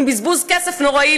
עם בזבוז כסף נוראי,